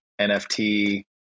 nft